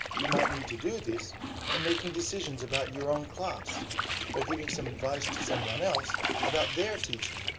you might need to do this when making decisions about your own class or giving some advice to someone else about their teaching.